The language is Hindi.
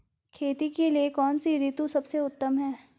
खेती के लिए कौन सी ऋतु सबसे उत्तम है?